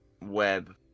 web